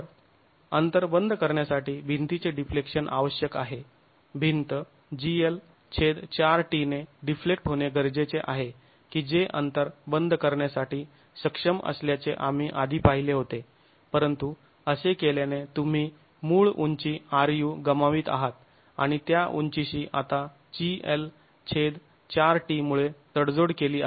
अंतर बंद करण्यासाठी भिंतीचे डिफ्लेक्शन आवश्यक आहे भिंत gL4t ने डिफ्लेक्ट होणे गरजेचे आहे की जे अंतर बंद करण्यासाठी सक्षम असल्याचे आम्ही आधी पाहिले होते परंतु असे केल्याने तुम्ही मूळ उंची ru गमावित आहात आणि त्या उंचीशी आता gL4t मुळे तडजोड केली आहे